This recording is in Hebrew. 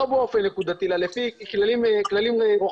לא באופן נקודתי אלא לפי כללים רוחביים.